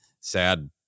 sad